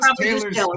Taylor's